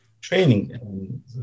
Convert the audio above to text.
training